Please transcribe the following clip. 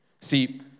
See